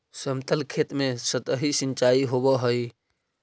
समतल खेत में सतही सिंचाई होवऽ हइ